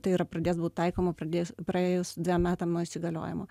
tai yra pradės būt taikoma pradėjus praėjus dviem metam nuo įsigaliojimo